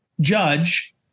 judge